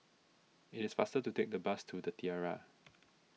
it is faster to take the bus to the Tiara